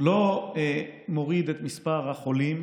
לא מוריד את מספר החולים.